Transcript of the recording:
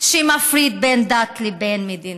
שמפריד בין דת לבין מדינה.